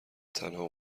تنها